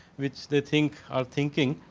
which they think are thinking.